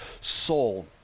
soul